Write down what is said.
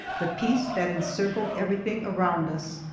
the peace that encircled everything around us,